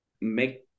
make